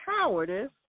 cowardice